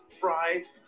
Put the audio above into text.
fries